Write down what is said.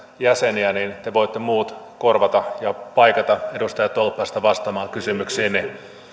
jäseniä niin te muut voitte korvata ja paikata edustaja tolppasta vastaamalla kysymyksiini